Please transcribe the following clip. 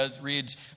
reads